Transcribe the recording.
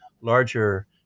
larger